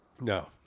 No